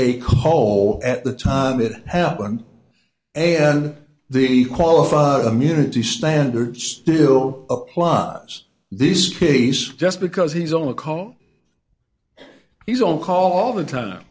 a call at the time it happened the qualified munity standard still applies this case just because he's on a call he's on call all the time